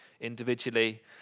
individually